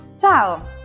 Ciao